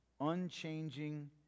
unchanging